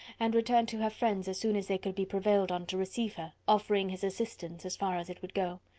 and return to her friends as soon as they could be prevailed on to receive her, offering his assistance, as far as it would go.